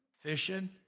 fishing